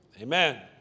Amen